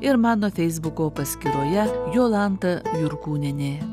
ir mano feisbuko paskyroje jolanta jurkūnienė